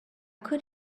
could